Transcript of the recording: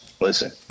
Listen